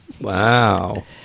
Wow